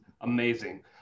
Amazing